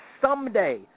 someday